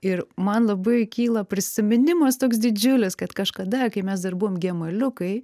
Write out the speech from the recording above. ir man labai kyla prisiminimas toks didžiulis kad kažkada kai mes dar buvom gemaliukai